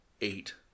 eight